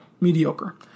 Mediocre